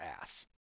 ass